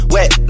Wet